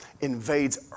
invades